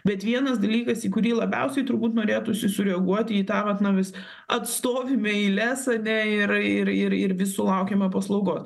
bet vienas dalykas į kurį labiausiai turbūt norėtųsi sureaguoti į tą vat na vis atstovime eiles ane ir ir ir ir vis sulaukiame paslaugos